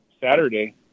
Saturday